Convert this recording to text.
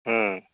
ହଁ